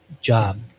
job